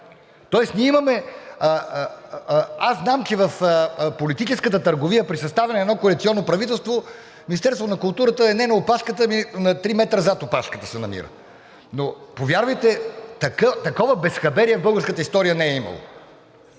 дори те. Аз знам, че в политическата търговия при съставянето на едно коалиционно правителство Министерството на културата е не на опашката, ами на три метра зад опашката се намира. Но повярвайте, такова безхаберие в българската история не е имало.